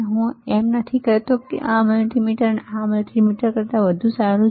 હું એમ નથી કહેતો કે આ મલ્ટિમીટર આ મલ્ટિમીટર કરતાં વધુ સારું છે